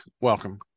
welcome